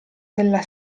della